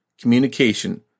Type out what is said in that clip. communication